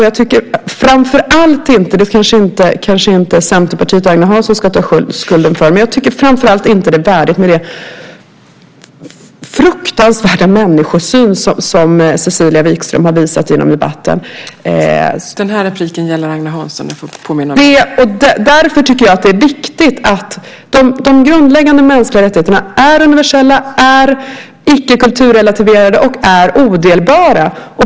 Jag tycker framför allt inte - det kanske inte Centerpartiet och Agne Hansson ska ta skulden för - att det är värdigt med den fruktansvärda människosyn som Cecilia Wikström har visat i debatten. Därför tycker jag att det är viktigt att de grundläggande mänskliga rättigheterna är universella, icke kulturrelaterade och odelbara.